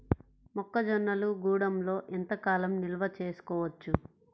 మొక్క జొన్నలు గూడంలో ఎంత కాలం నిల్వ చేసుకోవచ్చు?